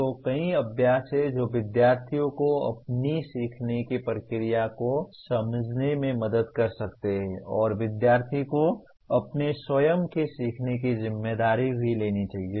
तो कई अभ्यास हैं जो विद्यार्थियों को अपनी सीखने की प्रक्रिया को समझने में मदद कर सकते हैं और विद्यार्थी को अपने स्वयं के सीखने की जिम्मेदारी भी लेनी चाहिए